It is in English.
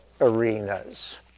arenas